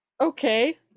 okay